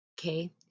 Okay